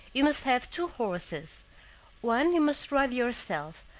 you must have two horses one you must ride yourself,